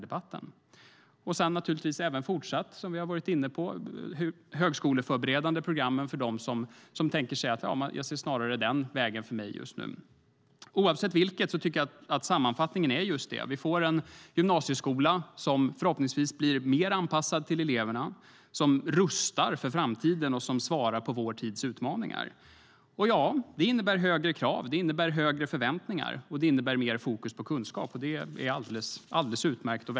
Vi har också de högskoleförberedande programmen för dem som vill gå den vägen. Vi får en gymnasieskola som förhoppningsvis blir mer anpassad till eleverna, som rustar för framtiden och svarar mot vår tids utmaningar. Det innebär högre krav, högre förväntningar och mer fokus på kunskap. Det är alldeles utmärkt.